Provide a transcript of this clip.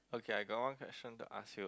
okay I got one question to ask you